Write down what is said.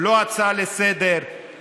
לא הצעה לסדר-היום,